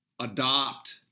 adopt